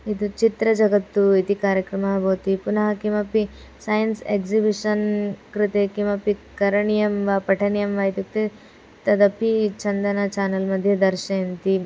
एतत् चित्रजगत्तु इति कार्यक्रमः बवति पुनः किमपि सैन्स् एक्सिबिशन् कृते किमपि करणीयं वा पठनीयं वा इत्युक्ते तदपि चन्दन चानल् मध्ये दर्शयन्ति